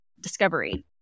discovery